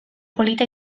polita